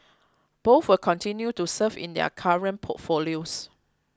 both will continue to serve in their current portfolios